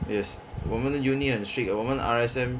yes 我们的 unit 很 strict 的我们的 R_S_M